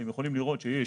אתם יכולים לראות שיש